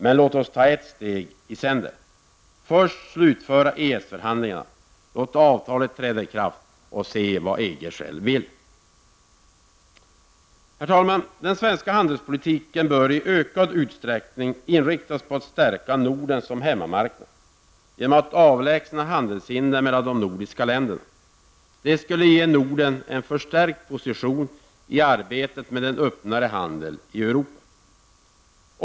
Men låt oss ta ett steg i sänder -- först slutföra EES-förhandlingarna, låta avtalet träda i kraft och se vad EG själv vill. Herr talman! Den svenska handelspolitiken bör i ökad utsträckning inriktas på att stärka Norden som hemmamarknad genom att avlägsna handelshinder mellan de nordiska länderna. Det skulle ge Norden en förstärkt position i arbetet med en öppnare handel i Europa.